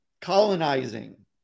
colonizing